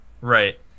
right